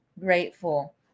grateful